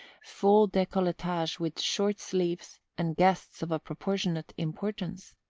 full decolletage with short sleeves, and guests of a proportionate importance.